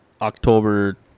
October